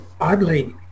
Oddly